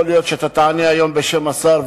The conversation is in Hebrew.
יכול להיות שתענה בשם השר,